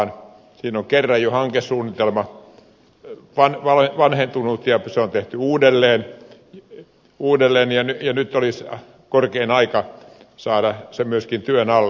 siinä on jo kerran hankesuunnitelma vanhentunut ja se on tehty uudelleen ja nyt olisi korkein aika saada se myöskin työn alle